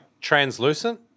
translucent